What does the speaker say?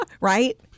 Right